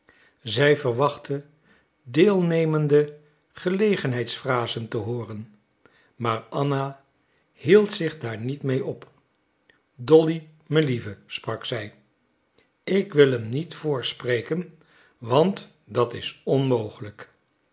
zij verwachtte deelnemende gelegenheidsphrasen te hooren maar anna hield zich daar niet mee op dolly melieve sprak zij ik wil hem niet voorspreken want dat is onmogelijk